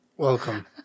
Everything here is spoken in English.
Welcome